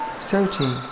Searching